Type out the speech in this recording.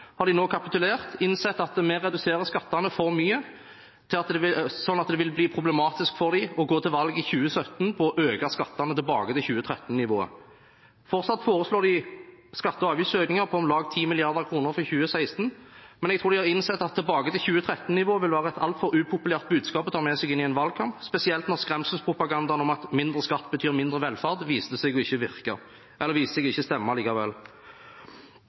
har de nå kapitulert og innsett at vi reduserer skattene for mye, sånn at det vil bli problematisk for dem å gå til valg i 2017 på å øke skattene tilbake til 2013-nivået. Fortsatt foreslår de skatte- og avgiftsøkninger på om lag 10 mrd. kr for 2016, men jeg tror de har innsett at tilbake til 2013-nivå vil være et altfor upopulært budskap å ta med seg inn i en valgkamp, spesielt når skremselspropagandaen om at mindre skatt betyr mindre velferd, viste seg ikke å